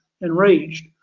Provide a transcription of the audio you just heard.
enraged